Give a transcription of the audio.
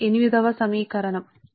ఇది సమీకరణం 48